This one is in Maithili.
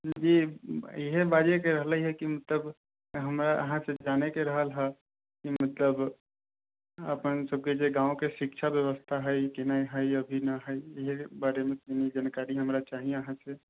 जी इएह बाजैके रहलै हइ कि तब हमरा अहाँसँ जानैके रहल हँ कि मतलब अपन सबके जे गाँवके शिक्षा बेबस्था हइ कि नहि हइ अभी इएहके बारेमे कनि जानकारी हमरा चाही अहाँसँ